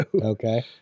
Okay